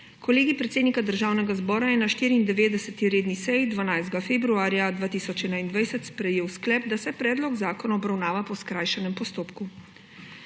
Kolegij predsednika Državnega zbora je na 94. seji 12. februarja 2021 sprejel sklep, da se predlog zakona obravnava po skrajšanem postopku.